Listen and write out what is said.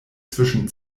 zwischen